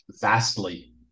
Vastly